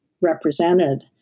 represented